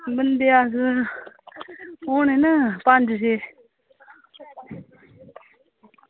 बंदे होने न पंज छे